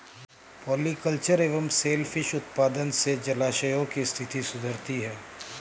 polyculture एवं सेल फिश उत्पादन से जलाशयों की स्थिति सुधरती है